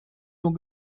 nur